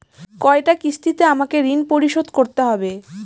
কয়টা কিস্তিতে আমাকে ঋণ পরিশোধ করতে হবে?